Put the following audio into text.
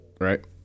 right